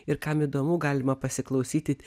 ir kam įdomu galima pasiklausyti